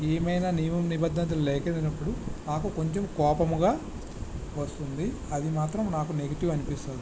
ఏమైనా నియమ నిబంధనలు లేనప్పుడు నాకు కొంచెం కోపంగా వస్తుంది అది మాత్రం నాకు నెగటివ్ అనిపిస్తుంది